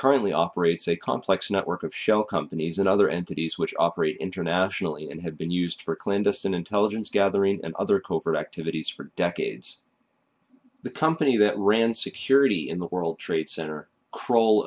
currently operates a complex network of shell companies and other entities which operate internationally and have been used for clandestine intelligence gathering and other covert activities for decades the company that ran security in the world trade center croll